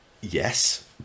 Yes